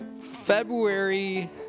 February